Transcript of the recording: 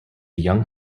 young